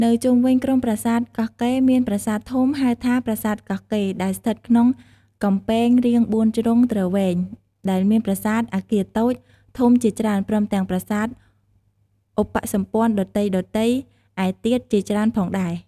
នៅជុំវិញក្រុមប្រាសាទកោះកេរ្តិ៍ មាន ប្រាសាទធំ ហៅថាប្រាសាទកោះកេរ្ដិ៍ ដែលស្ថិតក្នុងកំពែងរាងបួនជ្រុងទ្រវែង ដែលមានប្រាសាទ អគារតូច ធំជាច្រើន ព្រមទាំងប្រាសាទឧបសម្ព័ន្ធដទៃៗឯទៀតជាច្រើនផងដែរ។